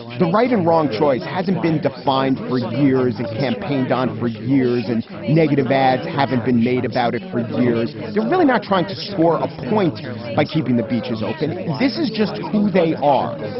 the right and wrong choice hasn't been defined for years and campaigned on for years, and negative ads haven't been made about it for years. they're really not trying to score a point by keeping the beaches open. this is just who they are.